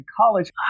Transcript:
college